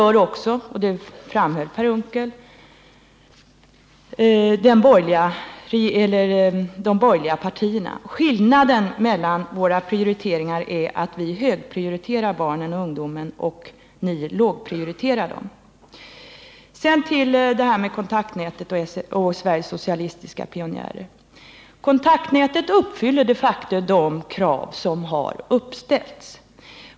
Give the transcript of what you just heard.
Detsamma gör — och det framhöll Per Unckel också — de borgerliga partierna. Skillnaden mellan våra prioriteringar är att vi högprioriterar barn och ungdom och att ni lågprioriterar dem. Sedan till Kontaktnätet och Sveriges socialistiska pionjärer. Kontaktnätet uppfyller de facto de krav som har uppställts.